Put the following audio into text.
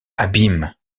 abîme